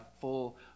full